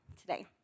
today